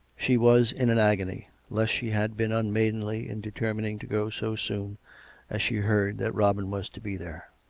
she was in an agony lest she had been unmaidenly in deter mining to go so soon as she heard that robin was to be there.